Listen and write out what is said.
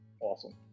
Awesome